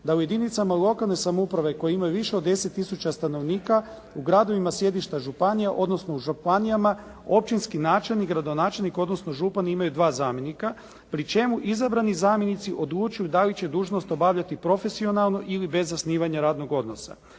da u jedincima lokalne samouprave koje imaju više od 10 tisuća stanovnika u gradovima sjedišta županija, odnosno u županijama općinski načelnik, gradonačelnik, odnosno župan imaju dva zamjenika, pri čemu izabrani zamjenici odlučuju dali će dužnost obavljati profesionalno ili bez zasnivanja radnog odnosa.